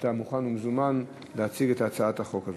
ואתה מוכן ומזומן להציג את הצעת החוק הזו.